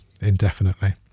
indefinitely